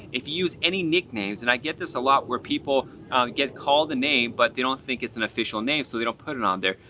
if you use any nicknames, and i get this a lot, where people get called a name but they don't think it's an official name, so they don't put it on there.